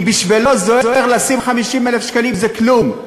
כי בשבילו, זוהיר, לשים 50,000 שקלים זה כלום.